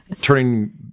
turning